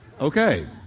Okay